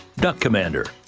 duck commander.